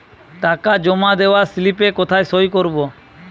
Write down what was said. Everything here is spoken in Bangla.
টাকা জমা দেওয়ার স্লিপে কোথায় সই করব?